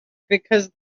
because